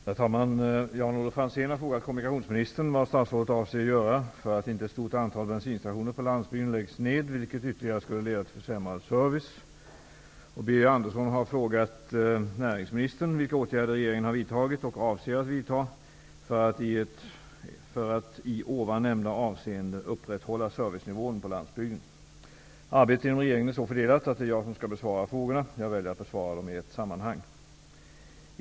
Herr talman! Jan-Olof Franzén har frågat kommunikationsministern vad statsrådet avser att göra för att inte ett stort antal bensinstationer på landsbygden skall läggas ned vilket ytterligare skulle leda till försämrad service. Birger Andersson har frågat näringsministern vilka åtgärder regeringen har vidtagit och avser att vidta för att i ovan nämnda avseende upprätthålla servicenivån på landsbygden. Arbetet inom regeringen är så fördelat att det är jag som skall besvara frågorna. Jag väljer att besvara dem i ett sammanhang.